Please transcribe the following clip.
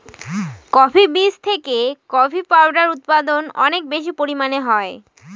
coffee বীজ থেকে coffee powder উৎপাদন অনেক বেশি পরিমানে হয়